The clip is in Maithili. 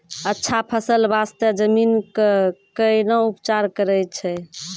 अच्छा फसल बास्ते जमीन कऽ कै ना उपचार करैय छै